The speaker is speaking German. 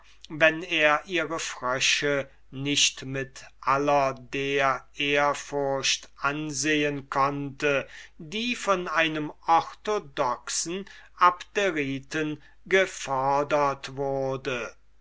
wenn er ihre frösche nicht mit aller der ehrfurcht ansehen konnte die von einem rechtdenkenden abderiten gefodert wurde